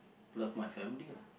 love my family ah